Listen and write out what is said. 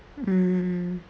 mm